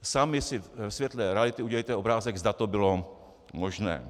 Sami si ve světle reality udělejte obrázek, zda to bylo možné.